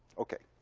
okay.